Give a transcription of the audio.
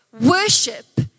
Worship